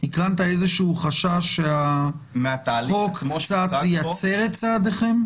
הקרנת איזה שהוא חשש שהחוק קצת יצר את צעדיכם?